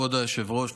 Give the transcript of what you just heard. כבוד היושב-ראש,